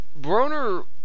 Broner